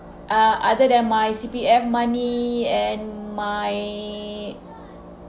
uh other than my C_P_F money and my